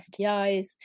STIs